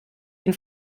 ihn